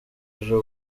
ejo